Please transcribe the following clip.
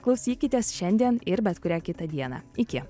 klausykitės šiandien ir bet kurią kitą dieną iki